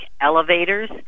elevators